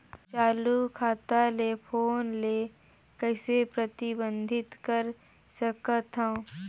चालू खाता ले फोन ले कइसे प्रतिबंधित कर सकथव?